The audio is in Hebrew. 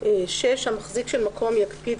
(6)המחזיק של המקום יקפיד,